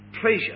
pleasure